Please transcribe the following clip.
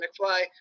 McFly